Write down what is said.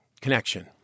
connection